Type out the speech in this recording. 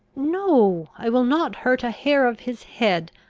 no i will not hurt a hair of his head,